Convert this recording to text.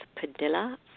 Padilla